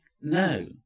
No